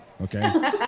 Okay